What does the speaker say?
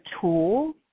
tool